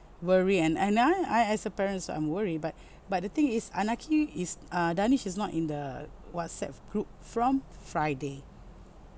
worry and and I I as a parents I'm worry but but the thing is anaki is uh darnish is not in the whatsapp group from friday